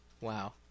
Wow